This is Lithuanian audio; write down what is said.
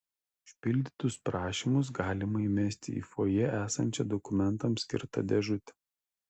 užpildytus prašymus galima įmesti į fojė esančią dokumentams skirtą dėžutę